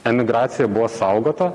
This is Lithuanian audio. emigracijoje buvo saugota